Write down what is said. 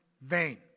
vain